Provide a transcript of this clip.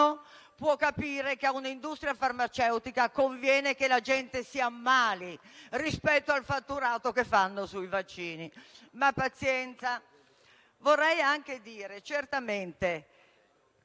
possa capire che a un'industria farmaceutica conviene che la gente si ammali rispetto al fatturato ottenuto dai vaccini. Ma pazienza. Vorrei anche dire che, certo,